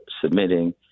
submitting